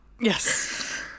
Yes